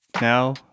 Now